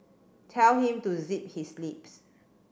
tell him to zip his lips